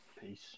Peace